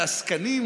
לעסקנים,